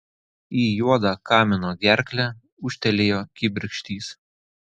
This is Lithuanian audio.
į juodą kamino gerklę ūžtelėjo kibirkštys